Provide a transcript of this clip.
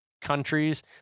countries